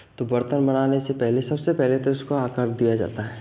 तो बर्तन बनाने के पहले सबसे पेहले तो उसको आकार दिया जाता है